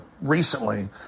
recently